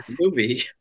Movie